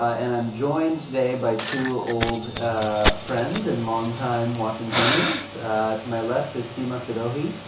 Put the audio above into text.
and i'm joined today by two old ah friends and longtime washingtonians to my left is seema sirohi,